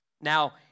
Now